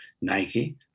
Nike